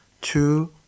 two